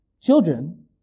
children